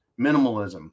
minimalism